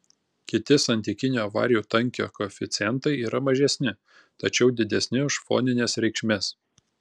kiti santykinio avarijų tankio koeficientai yra mažesni tačiau didesni už fonines reikšmes